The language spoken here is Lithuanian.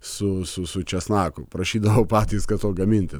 su su su česnaku prašydavo patys kad to gaminti